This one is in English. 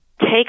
take